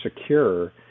secure